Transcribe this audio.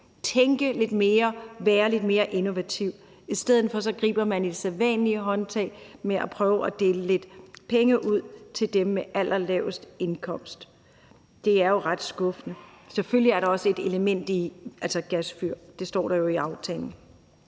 tænke lidt mere, være lidt mere innovativ. I stedet for griber man det sædvanlige håndtag med at prøve at dele lidt penge ud til dem med den allerlaveste indkomst. Det er jo ret skuffende. Selvfølgelig er der også et element om gasfyr – det står der jo i aftalen.